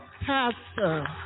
pastor